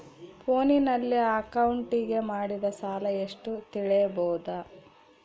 ಫೋನಿನಲ್ಲಿ ಅಕೌಂಟಿಗೆ ಮಾಡಿದ ಸಾಲ ಎಷ್ಟು ತಿಳೇಬೋದ?